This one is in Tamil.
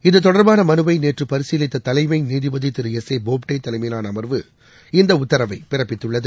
இதுதொடர்பானமனுவைநேற்றுபரிசீலித்ததலைமைநீதிபதி திரு எஸ் ஏ போப்டேதலைமையிலானஅமர்வு இந்தஉத்தரவைப் பிறப்பித்துள்ளது